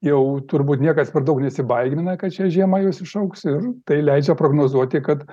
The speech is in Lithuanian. jau turbūt niekas per daug nesibaimina kad šią žiemą jos išaugs ir tai leidžia prognozuoti kad